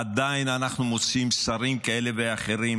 עדיין אנחנו מוצאים שרים כאלה ואחרים